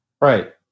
Right